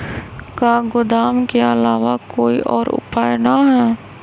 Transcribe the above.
का गोदाम के आलावा कोई और उपाय न ह?